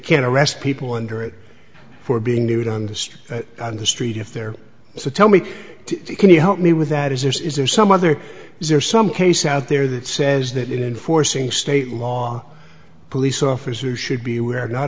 can't arrest people under it for being nude on the street on the street if they're so tell me can you help me with that is there is there some other is there some case out there that says that in forcing state law police officers should be aware no